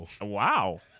Wow